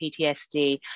ptsd